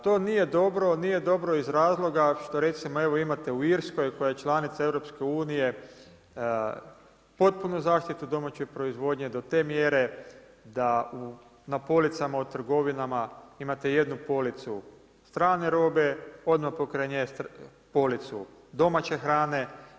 To nije dobro, nije dobro iz razloga što recimo evo imate u Irskoj koja je članica EU potpunu zaštitu domaće proizvodnje do te mjere da na policama u trgovinama imate jednu policu strane robe, odmah pokraj nje policu domaće hrane.